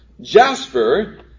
Jasper